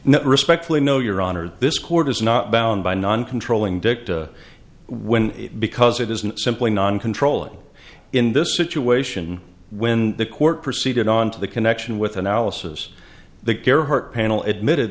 now respectfully no your honor this court is not bound by non controlling dicked when because it isn't simply non controlling in this situation when the court proceeded on to the connection with analysis the care her panel admitted